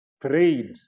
prayed